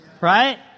Right